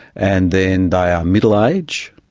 and then they are middle-aged,